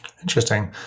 Interesting